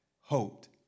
hoped